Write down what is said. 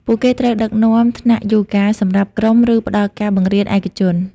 ពួកគេត្រូវ ដឹកនាំថ្នាក់យូហ្គា សម្រាប់ក្រុម ឬផ្តល់ការបង្រៀនឯកជន។